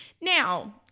now